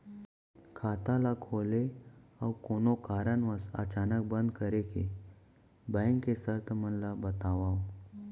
खाता ला खोले अऊ कोनो कारनवश अचानक बंद करे के, बैंक के शर्त मन ला बतावव